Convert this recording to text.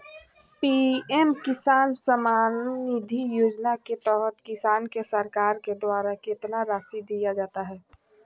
PM किसान सम्मान निधि योजना के तहत किसान को सरकार के द्वारा कितना रासि दिया जाता है?